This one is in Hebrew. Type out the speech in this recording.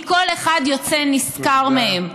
כי כל אחד יוצא נשכר ממנה.